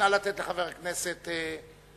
נא לתת לחבר הכנסת גנאים.